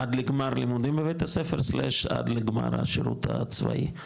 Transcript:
עד לגמר לימודים בבית הספר/עד לגמר השירות הצבאי.